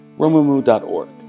Romumu.org